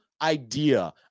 idea